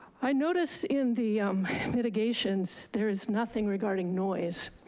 i notice in the mitigations there is nothing regarding noise.